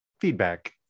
feedback